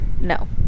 no